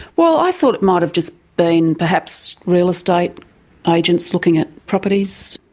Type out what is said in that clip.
well, i thought it might have just been perhaps real estate agents looking at properties.